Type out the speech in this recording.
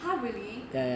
!huh! really